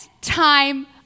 time